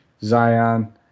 Zion